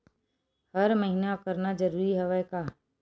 हर महीना करना जरूरी हवय का?